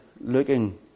looking